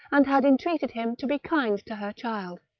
and had entreated him to be kind to her child.